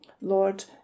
Lord